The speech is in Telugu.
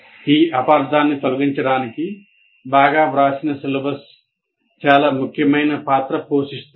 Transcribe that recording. ఈ అపార్థాన్ని తొలగించడానికి బాగా వ్రాసిన సిలబస్ చాలా ముఖ్యమైన పాత్ర పోషిస్తుంది